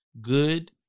good